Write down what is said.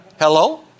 Hello